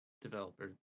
developer